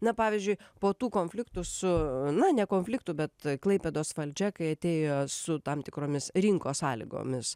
na pavyzdžiui po tų konfliktų su na ne konfliktų bet klaipėdos valdžia kai atėjo su tam tikromis rinkos sąlygomis